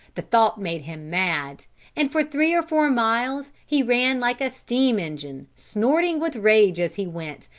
the thought made him mad and for three or four miles he ran like a steam-engine, snorting with rage as he went,